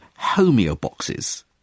homeoboxes